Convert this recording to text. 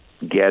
get –